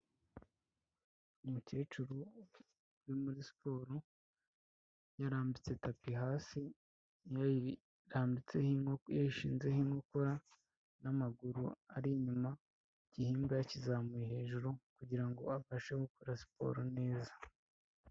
Umukecuru uri muri siporo yarambitse tapi hasi yayishinzeho inkokora n'amaguru ari inyuma, igihimba yakizamuye hejuru kugirango abasheshe gukora siporo neza.